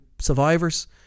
survivors